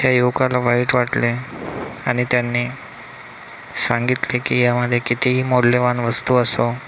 त्या युवकाला वाईट वाटले आणि त्यांनी सांगितले की यामध्ये कितीही मौल्यवान वस्तू असो